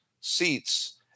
seats